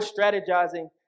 strategizing